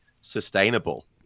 sustainable